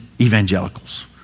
evangelicals